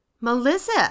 Melissa